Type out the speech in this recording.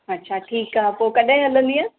अच्छा ठीकु आहे पोइ कॾहिं हलंदीअ